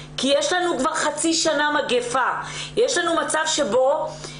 כי יש לנו כבר חצי שנה מגיפה והילדים בבתי